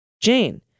Jane